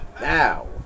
now